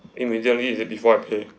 immediately is it before I pay